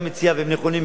והם נכונים מאוד,